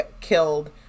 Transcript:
killed